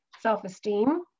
self-esteem